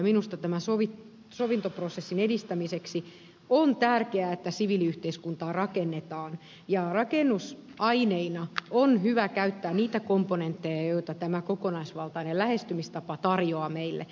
minusta tämän sovintoprosessin edistämiseksi on tärkeää että siviiliyhteiskuntaa rakennetaan ja rakennusaineina on hyvä käyttää niitä komponentteja joita tämä kokonaisvaltainen lähestymistapa tarjoaa meille